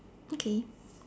okay